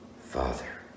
Father